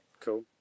cool